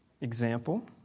example